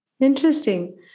interesting